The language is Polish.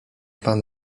pan